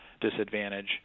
disadvantage